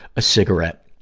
a cigarette,